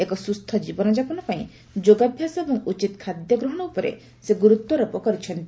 ଏକ ସ୍କୁସ୍ଥ ଜୀବନଯାପନ ପାଇଁ ଯୋଗାଭ୍ୟାସ ଏବଂ ଉଚିତ୍ ଖାଦ୍ୟ ଗ୍ରହଣ ଉପରେ ସେ ଗୁରୁତ୍ୱାରୋପ କରିଛନ୍ତି